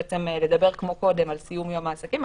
לדבר כמו קודם על סיום יום העסקים,